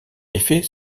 effet